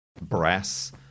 brass